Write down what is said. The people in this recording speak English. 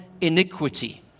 iniquity